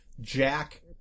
Jack